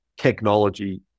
Technology